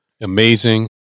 amazing